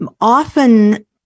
often